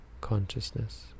consciousness